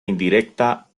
indirecta